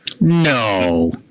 No